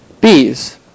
Bees